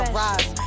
rise